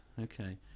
Okay